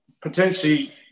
Potentially